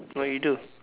what you do